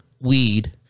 weed